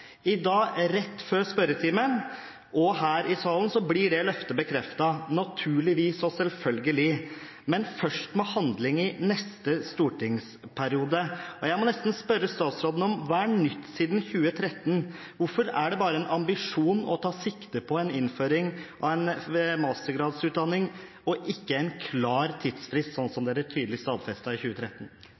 I dag, rett før spørretimen og her i salen, blir det løftet bekreftet – naturligvis og selvfølgelig – men først med handling i neste stortingsperiode. Jeg må nesten spørre statsråden: Hva er nytt siden 2013? Hvorfor er det bare en ambisjon å ta sikte på en innføring av en mastergradsutdanning og ikke en klar tidsfrist, sånn som dere tydelig stadfestet i 2013?